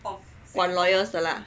lawyers 的 la